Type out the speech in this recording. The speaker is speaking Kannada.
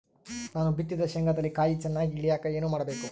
ನಾನು ಬಿತ್ತಿದ ಶೇಂಗಾದಲ್ಲಿ ಕಾಯಿ ಚನ್ನಾಗಿ ಇಳಿಯಕ ಏನು ಮಾಡಬೇಕು?